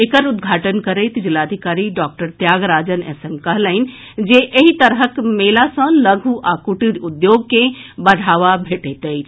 एकर उद्घाटन करैत जिलाधिकारी डॉक्टर त्यागराजन एस एम कहलनि जे एहि तरहक मेला सँ लघु आ कुटीर उद्योग के बढ़ावा भेटैत अछि